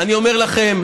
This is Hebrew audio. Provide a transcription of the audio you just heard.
אני אומר לכם,